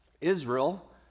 Israel